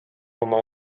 oma